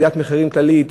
עליית מחירים כללית,